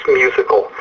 musical